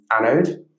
anode